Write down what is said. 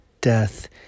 death